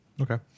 Okay